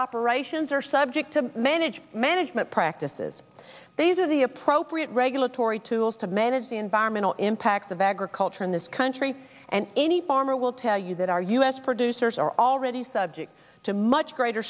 operations are subject to managed management practices these are the appropriate regulatory tools to manage the environmental impacts of agriculture in this country and any farmer will tell you that our u s producers are already subject to much greater